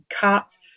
cut